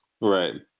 Right